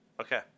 Okay